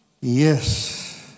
Yes